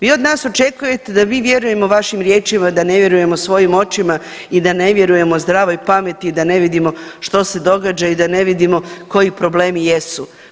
Vi od nas očekujete da mi vjerujemo vašim riječima, da ne vjerujemo svojim očima i da ne vjerujemo zdravoj pameti i da ne vidimo što se događa i da ne vidimo koji problemi jesu.